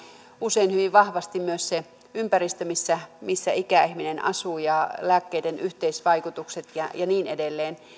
usein hyvin vahvasti myös se ympäristö missä missä ikäihminen asuu lääkkeiden yhteisvaikutukset ja ja niin edelleen